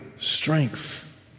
strength